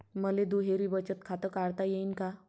मले दुहेरी बचत खातं काढता येईन का?